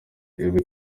iba